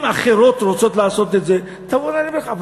אם אחרות רוצות לעשות את זה, תבוא עליהן הברכה.